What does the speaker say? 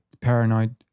paranoid